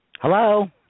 Hello